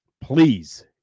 Please